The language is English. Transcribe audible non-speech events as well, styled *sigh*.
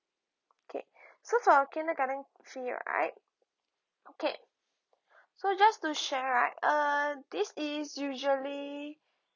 okay *breath* so for kindergarten fee right okay so just to share right uh this is usually